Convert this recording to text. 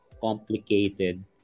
complicated